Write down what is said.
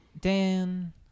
Dan